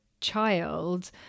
child